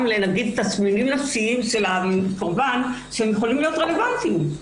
לתסמינים נפשיים של הקורבן שיכולים להיות רלוונטיים,